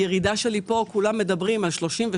כולם מדברים על 37%,